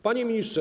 Panie Ministrze!